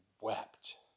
wept